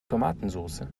tomatensoße